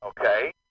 Okay